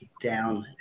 down